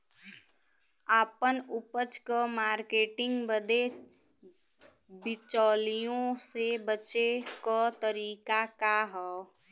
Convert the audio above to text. आपन उपज क मार्केटिंग बदे बिचौलियों से बचे क तरीका का ह?